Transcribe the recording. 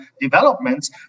developments